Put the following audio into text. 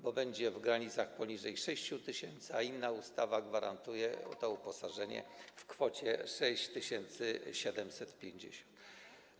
Będzie w granicach poniżej 6000 zł, a inna ustawa gwarantuje to uposażenie w kwocie 6750 zł.